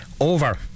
over